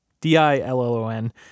D-I-L-L-O-N